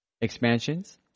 expansions